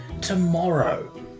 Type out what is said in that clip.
tomorrow